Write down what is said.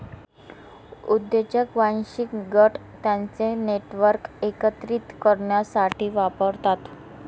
उद्योजक वांशिक गट त्यांचे नेटवर्क एकत्रित करण्यासाठी वापरतात